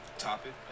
topic